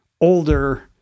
older